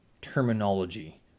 terminology